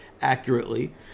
accurately